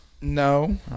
No